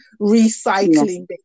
recycling